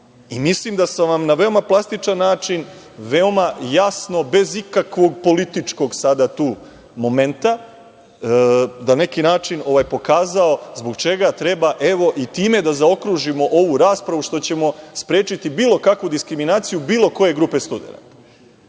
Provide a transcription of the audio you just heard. amandman. Mislim da sam vam na veoma plastičan način veoma jasno bez ikakvog političkog momenta na neki način pokazao zbog čega treba i time da zaokružimo ovu raspravu tako što ćemo sprečiti bilo kakvu diskriminaciju bilo koje grupe